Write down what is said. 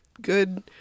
good